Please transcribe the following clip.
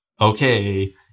okay